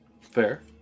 Fair